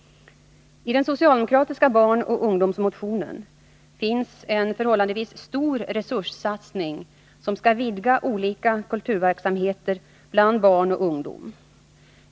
I den socialdemokratiska barnoch ungdomsmotionen finns en förhållandevis stor resurssatsning, som skall vidga olika kulturverksamheter bland barn och ungdom.